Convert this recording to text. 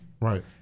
Right